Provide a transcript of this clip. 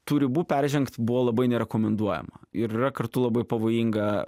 tų ribų peržengt buvo labai nerekomenduojama ir yra kartu labai pavojinga